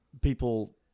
people